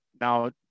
now